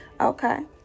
Okay